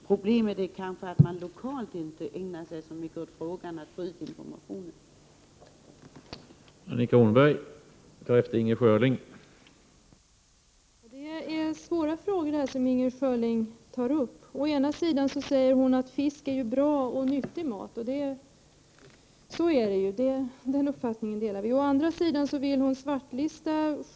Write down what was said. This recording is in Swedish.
Problemet är kanske att vederbörande lokalt inte har ägnat sig så mycket åt frågan att informationen kommit ut.